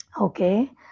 Okay